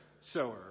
sower